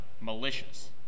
malicious